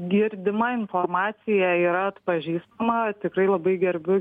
girdima informacija yra atpažįstama tikrai labai gerbiu